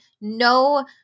no